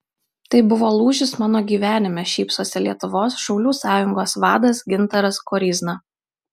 tai buvo lūžis mano gyvenime šypsosi lietuvos šaulių sąjungos vadas gintaras koryzna